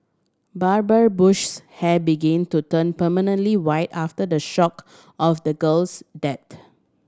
Barbara Bush's hair begin to turn prematurely white after the shock of the girl's death